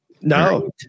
No